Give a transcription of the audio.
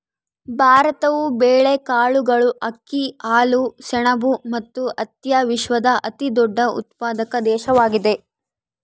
ಭಾರತವು ಬೇಳೆಕಾಳುಗಳು, ಅಕ್ಕಿ, ಹಾಲು, ಸೆಣಬು ಮತ್ತು ಹತ್ತಿಯ ವಿಶ್ವದ ಅತಿದೊಡ್ಡ ಉತ್ಪಾದಕ ದೇಶವಾಗಿದೆ